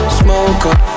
smoker